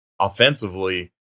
offensively